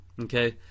okay